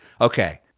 Okay